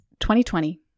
2020